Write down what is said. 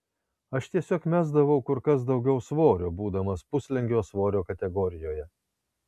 aš tiesiog mesdavau kur kas daugiau svorio būdamas puslengvio svorio kategorijoje